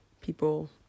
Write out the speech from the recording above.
people